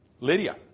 Lydia